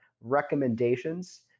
recommendations